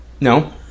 No